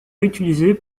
réutilisés